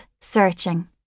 searching